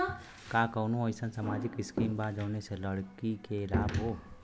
का कौनौ अईसन सामाजिक स्किम बा जौने से लड़की के लाभ हो?